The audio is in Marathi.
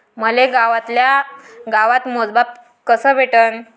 मले गावातल्या गावात मोजमाप कस भेटन?